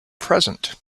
present